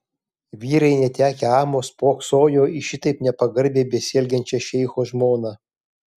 vyrai netekę amo spoksojo į šitaip nepagarbiai besielgiančią šeicho žmoną